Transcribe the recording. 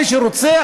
מי שרוצח,